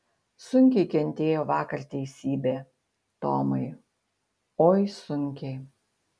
sunkiai kentėjo vakar teisybė tomai oi sunkiai